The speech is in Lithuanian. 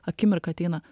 akimirka ateina